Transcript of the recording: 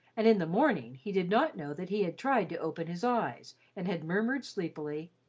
and in the morning he did not know that he had tried to open his eyes and had murmured sleepily,